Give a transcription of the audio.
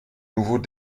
nouveaux